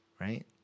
right